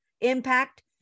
impact